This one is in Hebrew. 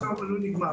פוסט טראומה לא נגמרת,